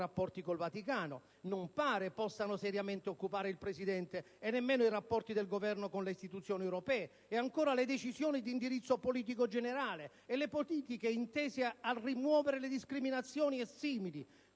rapporti con il Vaticano) non pare possano occupare seriamente il Presidente e nemmeno i rapporti del Governo con le istituzioni europee; e, ancora, le decisioni di indirizzo politico generale, le politiche intese a rimuovere le discriminazioni, e simili.